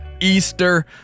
Easter